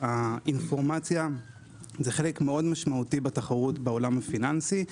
שהמידע הוא חלק מאוד משמעותי בתחרות בעולם הפיננסי,